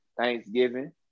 Thanksgiving